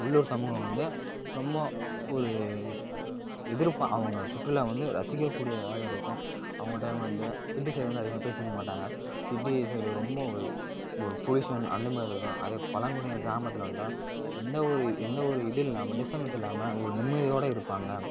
உள்ளூர் சமூகம் வந்து ரொம்ப ஒரு எதிர்ப்பாக அவங்க சுற்றுலா வந்து ரசிக்கக்கூடியதாக இருக்கும் அவங்க டைம் வந்து சிட்டி சைட் வந்து அதிகமாக பேசிக்க மாட்டாங்க சிட்டி சைடு ரொம்ப ஒரு ஒரு பொலியூசன் அந்த மாதிரி இருக்கும் அதே பழங்குடியினர் கிராமத்தில் வந்து தான் எந்தவொரு எந்தவொரு இதுவும் இல்லாமல் டிஸ்டபண்ட்ஸ் இல்லாமல் ஒரு நிம்மதியோடு இருப்பாங்க